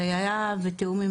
זה היה בתיאום,